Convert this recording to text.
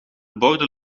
borden